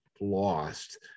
lost